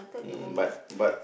mm but but